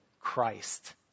Christ